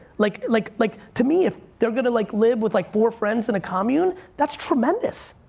like like like to me if they're gonna like live with like four friends in a commune, that's tremendous,